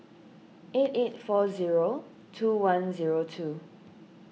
eight eight four zero two one zero two